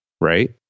right